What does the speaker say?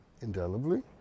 indelibly